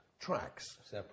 tracks